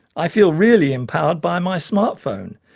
i feel really empowered by my smart phone.